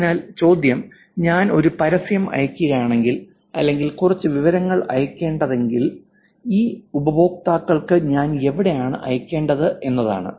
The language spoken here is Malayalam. അതിനാൽ ചോദ്യം ഞാൻ ഒരു പരസ്യം അയയ്ക്കുകയാണെങ്കിൽ അല്ലെങ്കിൽ കുറച്ച് വിവരങ്ങൾ അയയ്ക്കേണ്ടതെങ്കിൽ ഈ ഉപയോക്താക്കൾക്ക് ഞാൻ എവിടെയാണ് അയക്കേണ്ടത് എന്നതാണ്